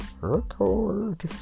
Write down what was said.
record